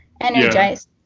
energized